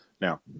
Now